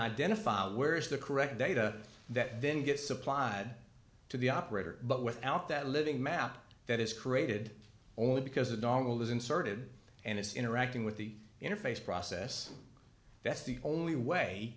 identify where is the correct data that then gets supplied to the operator but without that living map that is created only because the dongle is inserted and it's interacting with the interface process that's the only way